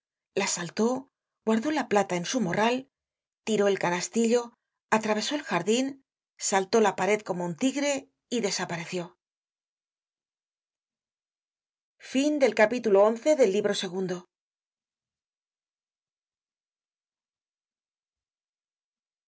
la saltó guardó la plata en su morral tiró el canastillo atravesó el jardin saltó la pared como un tigre y desapareció